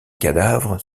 cadavres